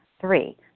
Three